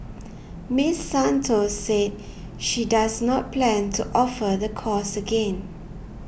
Miss Santos said she does not plan to offer the course again